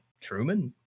truman